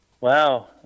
Wow